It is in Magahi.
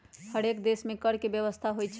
हरेक देश में कर के व्यवस्था होइ छइ